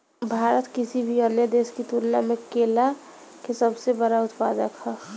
भारत किसी भी अन्य देश की तुलना में केला के सबसे बड़ा उत्पादक ह